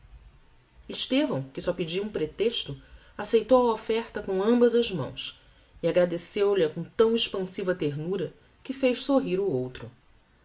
estevão que só pedia um pretexto acceitou a offerta com ambas as mãos e agradeceu lha com tão expansiva ternura que fez sorrir o outro